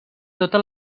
tota